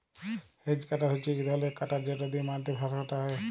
hedge cutter হছে ইক ধরলের কাটার যেট দিঁয়ে মাটিতে ঘাঁস কাটা হ্যয়